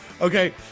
okay